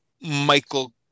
Michael